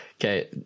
Okay